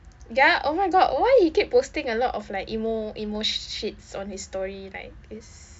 ya oh my god why he keep posting a lot of like emo emo shits on his story like this